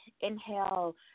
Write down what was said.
inhale